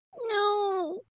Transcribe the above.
No